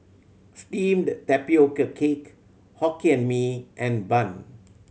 steamed tapioca cake Hokkien Mee and bun